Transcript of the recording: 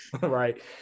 right